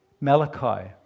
Malachi